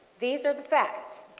these are facts.